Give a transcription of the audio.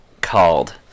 called